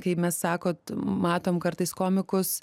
kai mes sakot matom kartais komikus